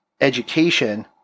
education